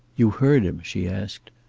you heard him? she asked.